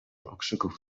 okrzyków